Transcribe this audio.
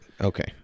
Okay